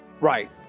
Right